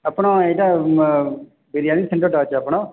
ଆପଣ ଏଇଟା ବିରିୟାନୀ ସେଣ୍ଟରଟା ଅଛି ଆପଣ